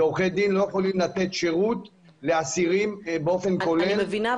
ועורכי דין לא יכולים לתת שירות לאסירים באופן כולל -- אני מבינה,